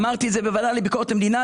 אמרתי בוועדה לביקורת המדינה,